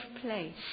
place